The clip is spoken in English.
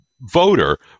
voter